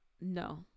No